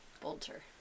Bolter